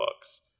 books